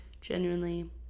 genuinely